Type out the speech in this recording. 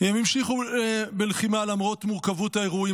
הם המשיכו בלחימה למרות מורכבות האירועים,